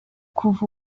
kuva